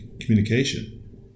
communication